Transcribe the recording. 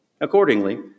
Accordingly